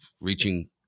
reaching